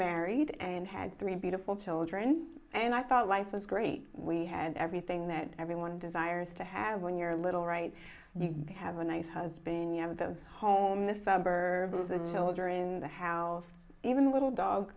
married and had three beautiful children and i thought life was great we had everything that everyone desires to have when you're little right and you have a nice husband you have a home in the suburbs the children in the house even little dog